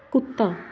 ਕੁੱਤਾ